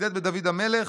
שצידד בדוד המלך,